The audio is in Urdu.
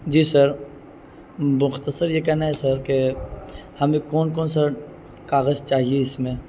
جی سر مختصر یہ کہنا ہے سر کہ ہمیں کون کون سر کاغذ چاہیے اس میں